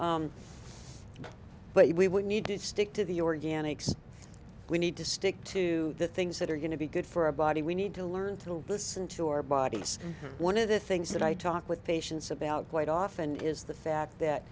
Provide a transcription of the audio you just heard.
that but we would need to stick to the organics we need to stick to the things that are going to be good for our body we need to learn to listen to our bodies one of the things that i talk with patients about quite often is the fact that